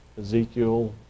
Ezekiel